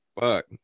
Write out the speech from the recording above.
fuck